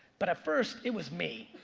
but at first it was me.